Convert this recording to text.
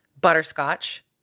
butterscotch